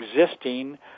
existing